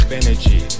energy